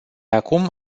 acum